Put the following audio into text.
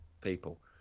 people